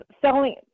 selling